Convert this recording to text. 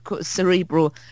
cerebral